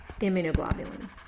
immunoglobulin